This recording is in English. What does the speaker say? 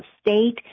state